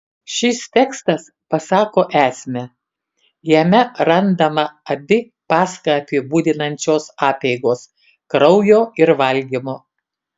šis tekstas pasako esmę jame randama abi paschą apibūdinančios apeigos kraujo ir valgymo